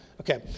Okay